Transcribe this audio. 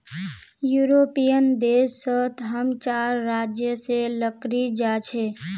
European देश सोत हम चार राज्य से लकड़ी जा छे